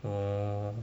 orh